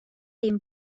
dem